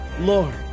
Lord